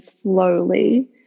slowly